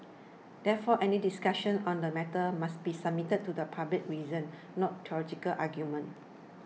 therefore any discussions on the matter must be submitted to public reason not theological arguments